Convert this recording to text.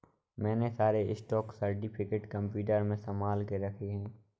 मैंने सारे stock certificate computer में संभाल के रखे हैं